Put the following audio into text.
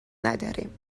نداریم